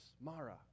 Mara